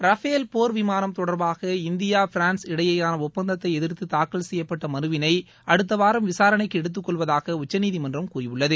Rafale போர்விமானம் தொடர்பாக India France இடையேயான ஒப்பந்தத்தை எதிர்த்து தாக்கல் செய்யப்பட்ட மனுவினை அடுத்தவாரம் விசாரணைக்கு எடுத்துக்கொள்வதாக உச்சநீதிமன்றம் கூறியுள்ளது